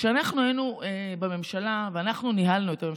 כשאנחנו היינו בממשלה ואנחנו ניהלנו את הממשלה,